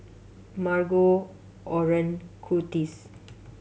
Margo Oren Kurtis